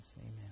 amen